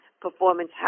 performance